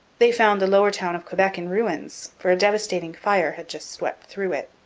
they found the lower town of quebec in ruins, for a devastating fire had just swept through it.